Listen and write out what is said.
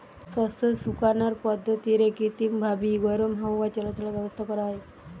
শস্য শুকানার পদ্ধতিরে কৃত্রিমভাবি গরম হাওয়া চলাচলের ব্যাবস্থা করা হয়